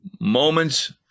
moments